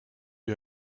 you